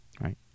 Right